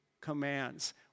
commands